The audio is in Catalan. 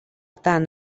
tant